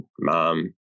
Mom